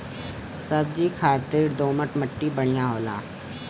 सब्जी खातिर दोमट मट्टी बढ़िया होला